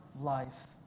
life